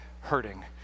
hurting